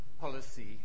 policy